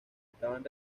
estaban